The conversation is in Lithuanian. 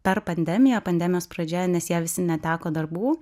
per pandemiją pandemijos pradžioje nes jie visi neteko darbų